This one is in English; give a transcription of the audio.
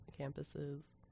campuses